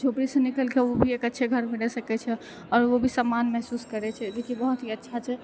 झोपड़ीसँ निकलिकऽ ओभी एक अच्छे घरमे रहि सकै छै आओर ओभी सम्मान महसूस करै छै जेकि बहुत ही अच्छा छै